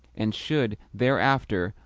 and should, thereafter,